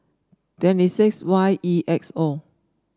twenty six Y E X O